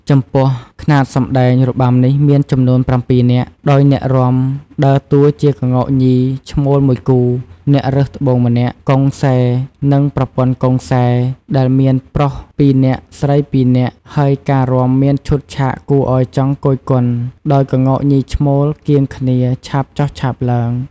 ចំពោះខ្នាតសម្តែងរបាំនេះមានចំនួន ៧នាក់ ដោយអ្នករាំដើរតួជាក្ងោកញីឈ្មោល ១គូ អ្នករើសត្បូងម្នាក់ កុងសែ និង ប្រពន្ធកុងសែ ដែលមាន ប្រុស ២នាក់ ស្រី ២នាក់ ហើយការរាំមានឈុតឆាកគួរឲ្យចង់គយគន់ ដោយក្ងោកញីឈ្មោលកៀងគ្នា ឆាបចុះឆាបឡើង ។